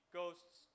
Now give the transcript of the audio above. ghosts